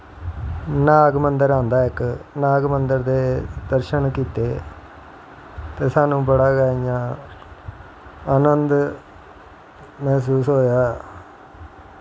नाग मन्दर आंदा इक नाग मन्दर दे दर्शन कीते ते साह्नू बड़ा गै इयैं अन्द मैह्सूस होया